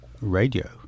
radio